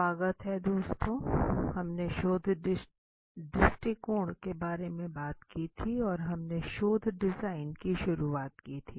स्वागत है दोस्तों हमने शोध दृष्टिकोण के बारे में बात की थी और हमने शोध डिजाइन की शुरुआत की थी